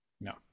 No